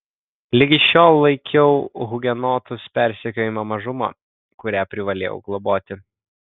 ligi šiol laikiau hugenotus persekiojama mažuma kurią privalėjau globoti